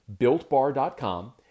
BuiltBar.com